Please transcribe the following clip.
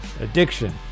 addiction